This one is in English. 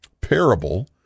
parable